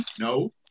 No